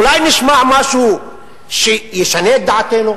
אולי נשמע משהו שישנה את דעתנו?